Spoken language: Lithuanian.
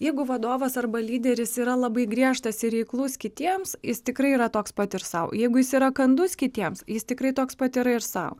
jeigu vadovas arba lyderis yra labai griežtas ir reiklus kitiems jis tikrai yra toks pat ir sau jeigu jis yra kandus kitiems jis tikrai toks pat yra ir sau